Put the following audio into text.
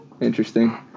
interesting